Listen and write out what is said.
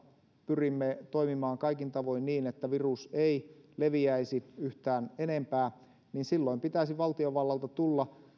pyrimme toimimaan kaikin tavoin niin että virus ei leviäisi yhtään enempää silloin pitäisi valtiovallalta tulla